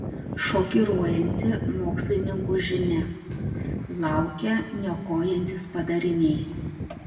šokiruojanti mokslininkų žinia laukia niokojantys padariniai